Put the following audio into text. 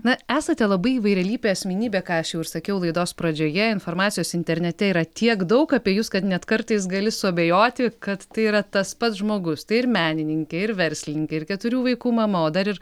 na esate labai įvairialypė asmenybė ką aš jau ir sakiau laidos pradžioje informacijos internete yra tiek daug apie jus kad net kartais gali suabejoti kad tai yra tas pats žmogus tai ir menininkė ir verslininkė ir keturių vaikų mama o dar ir